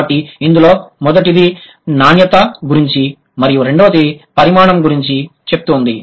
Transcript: కాబట్టి ఇందులో మొదటిది నాణ్యత గురించి మరి రెండవది పరిమాణం గురించి చెప్తుంది